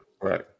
Right